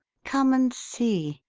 come and see,